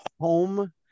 home